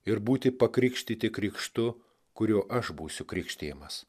ir būti pakrikštyti krikštu kuriuo aš būsiu krikštijamas